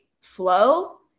flow